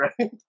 right